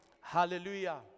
Hallelujah